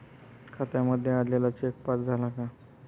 खात्यामध्ये आलेला cheque pass झाला का?